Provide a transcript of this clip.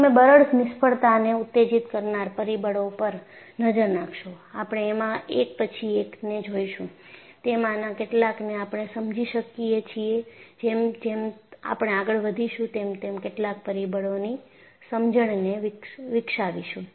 તમે બરડ નિષ્ફળતાને ઉત્તેજિત કરનાર પરિબળો પર નજર નાખશો આપણે એમાં એક પછી એક ને જોઈશું તેમાંના કેટલાક ને આપણે સમજી શકીએ છીએ જેમ જેમ આપણે આગળ વધીશું તેમ તેમ કેટલાક પરીબળો ની સમજણને વિકસાવીશું